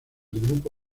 grupo